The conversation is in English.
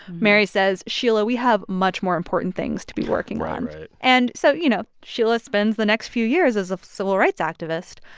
mary says, sheila, we have much more important things to be working on right, right and so, you know, sheila spends the next few years as a civil rights activist.